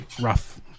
rough